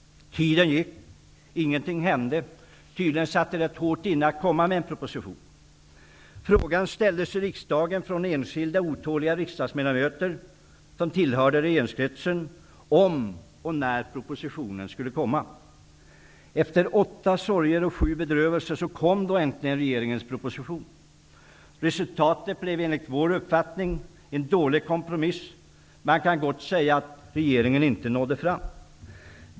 Tiden gick och ingenting hände. Tydligen satt det hårt inne att lägga fram en proposition. Frågor ställdes i riksdagen av enskilda, otåliga riksdagsledamöter som tillhörde regeringskretsen om och när propositionen skulle läggas fram. Efter sju sorger och åtta bedrövelser kom då äntligen regeringens proposition. Resultatet blev, enligt vår uppfattning, en dålig kompromiss. Man kan gott säga att regeringen inte nådde fram.